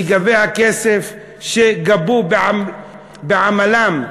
לגבי הכסף שגבו בעמלם,